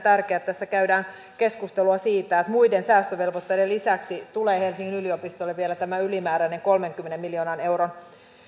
tärkeää että tässä käydään keskustelua siitä että muiden säästövelvoitteiden lisäksi tulee helsingin yliopistolle vielä tämä ylimääräinen kolmenkymmenen miljoonan euron